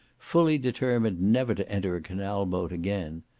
fully determined never to enter a canal boat again,